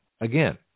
Again